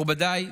מכובדיי,